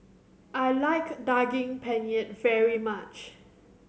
I like Daging Penyet very much